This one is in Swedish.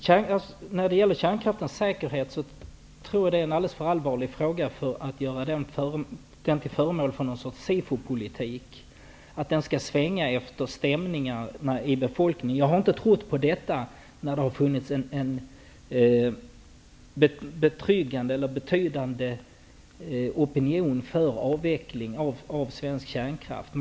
Herr talman! Frågan om kärnkraftens säkerhet är alldeles för allvarlig för att göras till föremål för något slags Sifo-politik - att ställningstagandet i den frågan skall svänga efter skiftningar i opinionen. Jag har inte låtit mitt arbete påverkas när det funnits en betryggande opinion för en avveckling av svensk kärnkraft.